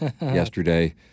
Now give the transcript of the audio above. yesterday